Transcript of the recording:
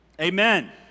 Amen